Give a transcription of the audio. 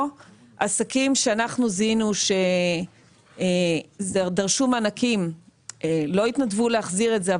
או עסקים שזיהינו שדרשו מענקים ולא התנדבו להחזיר את זה,